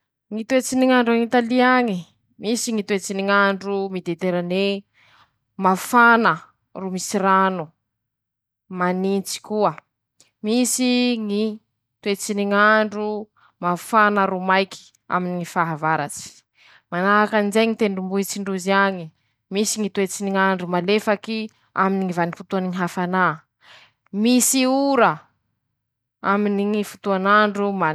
Ñy toetsy ny ñ'andro an'Italy angy: Misy Ñy toetsy ny ñ'andro mediterané, mafana ro misy rano, manintsy koa, misy Ñy toetsy ny ñ'andro mafana ro maiky aminy ñy fahavaratsy, manahakan'izay ñy tendrombohitsy ndrozy añy, misy Ñy toetsy ny ñ'andro malefaky aminy ñy vanimpotoany ñy hafanà, misy ora aminy ñy fotoan'andro.